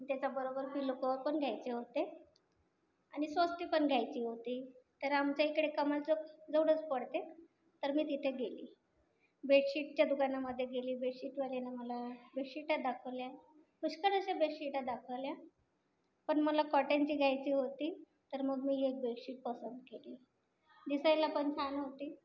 त्याच्याबरोबर pillow cover पण घ्यायचे होते आणि सस्ते पण घ्यायची होती तर आमच्या इकडे कमाल चौक जवळच पडते तर मी तिथे गेली बेडशीटच्या दुकानामधे गेली बेडशीटवाल्यानं मला बेडशिटा दाखवल्या पुष्कळ अशा बेडशिटा दाखवल्या पण मला कॉटनची घ्यायची होती तर मग मी एक बेडशीट पसंत केली दिसायला पण छान होती